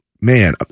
Man